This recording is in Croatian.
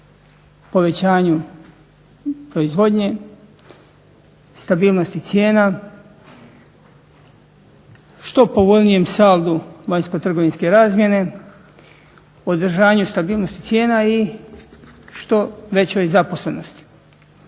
Povećanju proizvodnje, stabilnosti cijena, što povoljnijem saldu vanjskotrgovinske razmjene, održanju stabilnosti cijena i što većoj zaposlenosti.